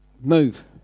move